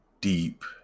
deep